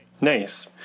Nice